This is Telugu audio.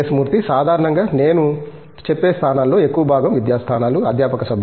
మూర్తి సాధారణంగా నేను చెప్పే స్థానాల్లో ఎక్కువ భాగం విద్యా స్థానాలు అధ్యాపక సభ్యులు